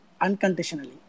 unconditionally